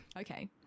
okay